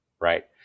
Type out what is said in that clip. right